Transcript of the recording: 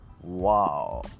wow